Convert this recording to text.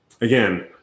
Again